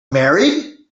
married